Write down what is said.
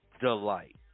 delight